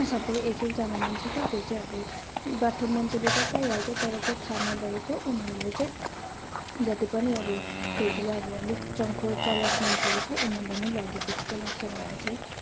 सबै एक एकजना मान्छेको त्यो चाहिँ अब बाठो मान्छेले त पाइहाल्छ तर चाहिँ थाह नभएको उनीहरूलाई चाहिँ जति पनि अब ठूल्ठूलो अब अलिक चङ्खो चलाख मान्छेहरू छ उनीहरूले नै लगेको जस्तो लाग्छ मलाई चाहिँ